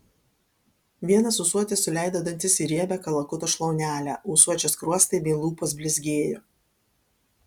vienas ūsuotis suleido dantis į riebią kalakuto šlaunelę ūsuočio skruostai bei lūpos blizgėjo